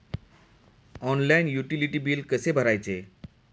Online utility बिले कसे भरायचे?